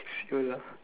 excuse ah